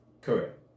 Correct